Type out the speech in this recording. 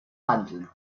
handeln